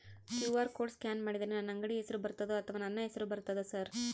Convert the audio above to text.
QR code scan ಮಾಡಿದರೆ ನನ್ನ ಅಂಗಡಿ ಹೆಸರು ಬರ್ತದೋ ಅಥವಾ ನನ್ನ ಹೆಸರು ಬರ್ತದ ಸರ್?